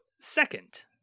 second